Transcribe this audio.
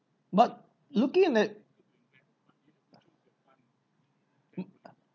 but looking at mm